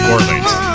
Orleans